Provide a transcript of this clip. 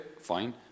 fine